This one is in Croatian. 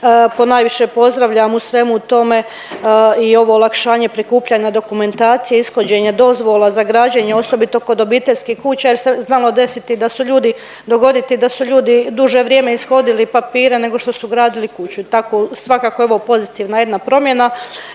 Ponajviše pozdravljam u svemu tome i ovo olakšanje prikupljanja dokumentacije, ishođenje dozvola za građenje osobito kod obiteljskih kuća, jer se znalo desiti da su ljudi, dogoditi da su ljudi duže vrijeme ishodili papire nego što su gradili kuću. Tako svakako evo pozitivna jedna promjena.